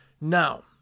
Now